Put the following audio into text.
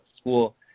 school